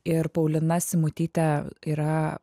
ir paulina simutytė yra